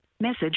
message